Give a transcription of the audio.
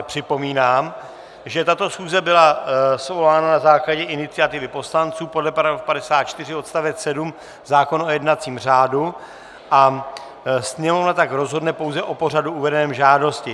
Připomínám, že tato schůze byla svolána na základě iniciativy poslanců podle § 54 odst. 7 zákona o jednacím řádu a Sněmovna tak rozhodne pouze o pořadu uvedeném v žádosti.